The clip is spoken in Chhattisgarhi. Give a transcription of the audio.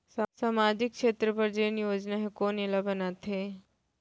सामाजिक क्षेत्र बर जेन योजना हे कोन एला बनाथे?